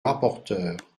rapporteur